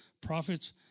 prophets